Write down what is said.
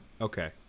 Okay